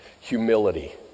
Humility